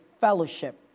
fellowship